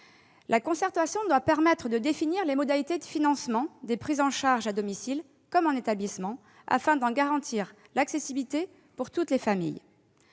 La concertation doit permettre de définir les modalités de financement des prises en charge à domicile comme en établissement, afin d'en garantir l'accessibilité pour toutes les familles.